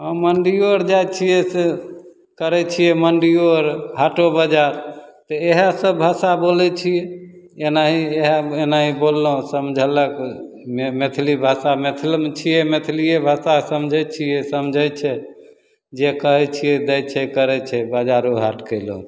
आओर मण्डिओ आर जाइ छिए से करै छिए मण्डिओ आर हाटो बजार तऽ इएहसब भाषा बोलै छिए एनाहि इएह एनाहि बोललहुँ समझलक मे मैथिली भाषा मैथिलीमे छिए मैथिथिए भाषा समझै छिए समझै छै जे कहै छिए दै छै करै छै बजारो हाटके कएलहुँ तऽ